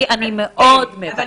אני מאוד מבקשת: משפט אחרון.